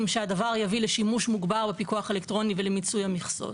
שהדבר יביא לשימוש מוגבר בפיקוח האלקטרוני ולמיצוי המכסות.